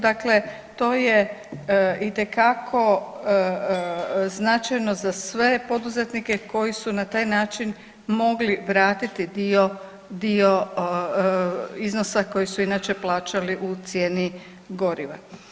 Dakle, to je itekako značajno za sve poduzetnike koji su na taj način mogli vratiti dio iznosa koji su inače plaćali u cijeni goriva.